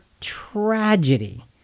tragedy